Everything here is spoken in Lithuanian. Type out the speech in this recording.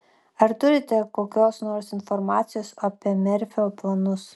ar turite kokios nors informacijos apie merfio planus